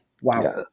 wow